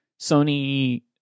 Sony